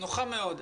--- נוחה מאוד.